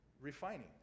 refining